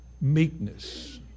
meekness